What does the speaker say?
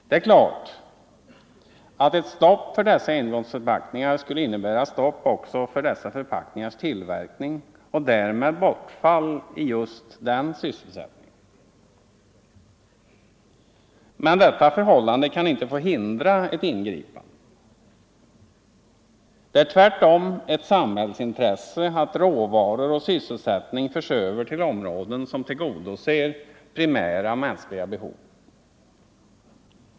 Det är klart att ett stopp för dessa engångsförpackningar skulle innebära stopp också för tillverkningen av dem och därmed bortfall i just den sysselsättningen. Men detta förhållande kan inte få hindra ett ingripande. Det är tvärtom ett samhällsintresse att råvaror och sysselsättning förs över till områden som tillgodoser primära mänskliga behov.